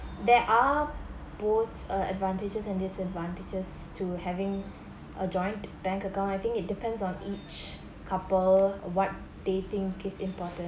there are both uh advantages and disadvantages to having a joint bank account I think it depends on each couple what they think is important